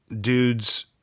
dudes